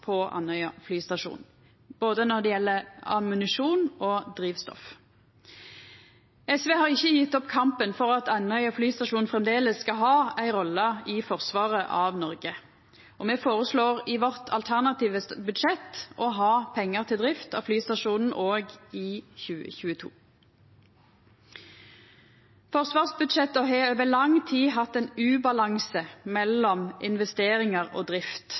på Andøya flystasjon, både når det gjeld ammunisjon, og når det gjeld drivstoff. SV har ikkje gjeve opp kampen for at Andøya flystasjon framleis skal ha ei rolle i forsvaret av Noreg. Me føreslår i vårt alternative budsjett å ha pengar til drift av flystasjonen òg i 2022. Forsvarsbudsjetta har over lang tid hatt ein ubalanse mellom investeringar og drift.